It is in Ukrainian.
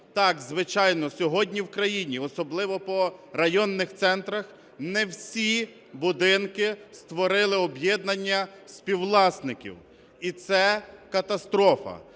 Так, звичайно, сьогодні в країні, особливо по районних центрах не всі будинки створили об'єднання співвласників, і це катастрофа.